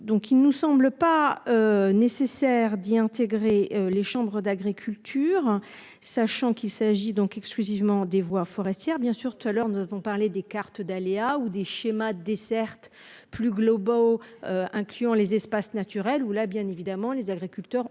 Donc il nous semble pas. Nécessaire d'y intégrer les chambres d'agriculture. Sachant qu'il s'agit donc exclusivement des voies forestières bien sûr tout à l'heure nous avons parler des cartes d'aléas ou des schémas desserte plus globaux. Incluant les espaces naturels ou là bien évidemment, les agriculteurs ont